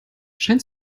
scheint